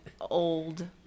old